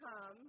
come